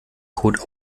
code